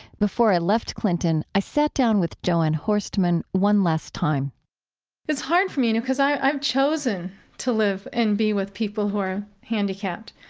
before i left clinton, i sat down with jo anne horstmann one last time it's hard for me, you know, because i've chosen to live and be with people who are handicapped.